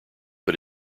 but